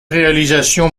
réalisation